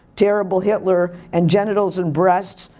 terrible hitler, and genitals and breasts,